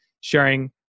sharing